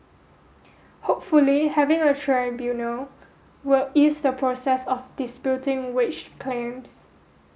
hopefully having a tribunal will ease the process of disputing wage claims